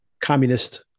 communist-